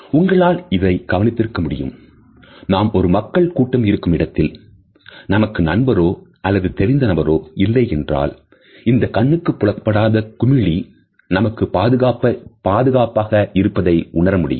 உங்களால் இதை கவனித்திருக்க முடியும் நாம் ஒரு மக்கள் கூட்டம் இருக்கும் இடத்தில் நமக்கு நண்பரோ அல்லது தெரிந்த நபரோ இல்லை என்றால் இந்த கண்ணுக்கு புலப்படாத குமிழி நமக்கு பாதுகாப்பாக இருப்பதை உணர முடியும்